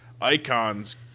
Icons